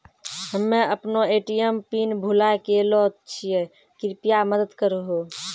हम्मे अपनो ATM pin भुलाय गेलो छियै, कृपया मदत करहो